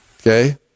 okay